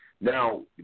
Now